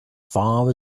far